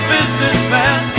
Businessman